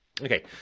Okay